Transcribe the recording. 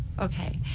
Okay